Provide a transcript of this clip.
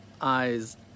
eyes